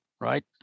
right